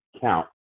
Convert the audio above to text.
count